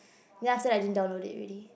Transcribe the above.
then after that I didn't download it already